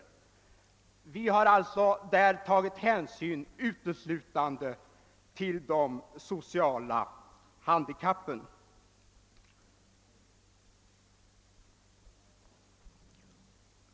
Vi har alltså härvidlag uteslutande tagit hänsyn till de sociala handikappen.